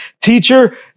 teacher